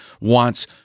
wants